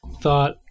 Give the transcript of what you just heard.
thought